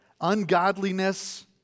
ungodliness